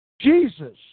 Jesus